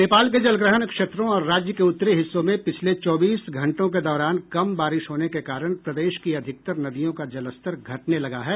नेपाल के जलग्रहण क्षेत्रों और राज्य के उत्तरी हिस्सों में पिछले चौबीस घंटों के दौरान कम बारिश होने के कारण प्रदेश की अधिकतर नदियों का जलस्तर घटने लगा है